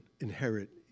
inherit